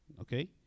Okay